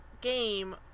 game